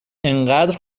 انقدر